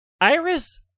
Iris